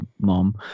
mom